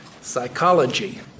psychology